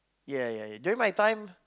ya ya ya then my time